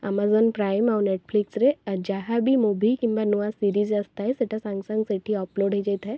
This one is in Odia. ଅମାଜାନ୍ ପ୍ରାଇମ୍ ଆଉ ନେଟଫ୍ଲିକ୍ସରେ ଯାହା ବି ମୁଭି କିମ୍ବା ନୂଆ ସିରିଜ୍ ଆସିଥାଏ ସେଇଟା ସାଙ୍ଗେ ସାଙ୍ଗେ ସେଇଠି ଅପଲୋଡ଼୍ ହେଇ ଯାଇଥାଏ